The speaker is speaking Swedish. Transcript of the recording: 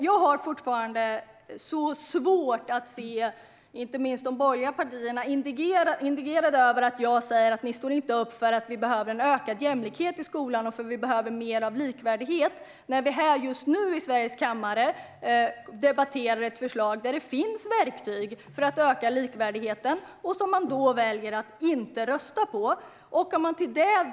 Jag har fortfarande så svårt att se inte minst de borgerliga partierna indignerade över att jag säger att ni inte står upp för att det behövs ökad jämlikhet och mer likvärdighet i skolan. Just nu debatterar vi här i kammaren i Sveriges riksdag ett förslag där det finns verktyg för att öka likvärdigheten men som man väljer att inte rösta på.